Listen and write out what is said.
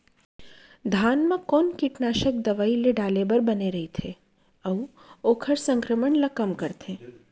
धान म कोन कीटनाशक दवई ल डाले बर बने रइथे, अऊ ओखर संक्रमण ल कम करथें?